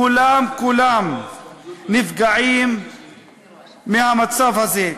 כולם כולם נפגעים מהמצב הזה.